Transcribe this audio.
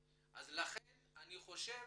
לכן אני חושב